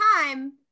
time